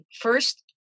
first